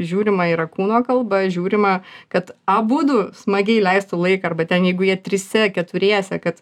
žiūrima yra kūno kalba žiūrima kad abudu smagiai leistų laiką arba ten jeigu jie trise keturiese kad